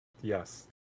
Yes